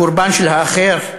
לקורבן של האחר,